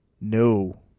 No